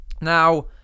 Now